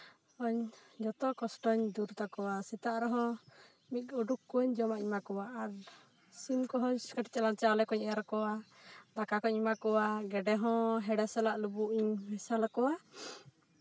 ᱡᱚᱛᱚ ᱠᱚᱥᱴᱚᱧ ᱫᱩᱨ ᱛᱟᱠᱚᱣᱟ ᱥᱮᱛᱟᱜ ᱨᱮᱦᱚᱸ ᱢᱤᱫ ᱩᱰᱩᱠ ᱠᱚᱣᱟᱧ ᱡᱚᱢᱟᱜ ᱤᱧ ᱮᱢᱟ ᱠᱚᱣᱟ ᱟᱨ ᱥᱤᱢ ᱠᱚᱦᱚᱸ ᱠᱟᱹᱴᱤᱡ ᱪᱮᱞᱟᱝ ᱪᱟᱣᱞᱮ ᱠᱚᱧ ᱮᱨ ᱟᱠᱚᱣᱟ ᱫᱟᱠᱟ ᱠᱚᱸᱧ ᱮᱢᱟ ᱠᱚᱣᱟ ᱟᱨ ᱜᱮᱰᱮ ᱦᱚᱸ ᱦᱮᱲᱮ ᱥᱟᱞᱟᱜ ᱞᱩᱵᱩᱜ ᱤᱧ ᱢᱮᱥᱟᱞ ᱠᱚᱣᱟ